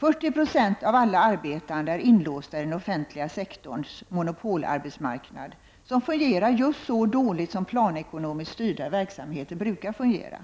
40 96 av alla arbetande är inlåsta i den offentliga sektorns monopolarbetsmarknad, som fungerar just så dåligt som planekonomiskt styrda verksamheter brukar fungera.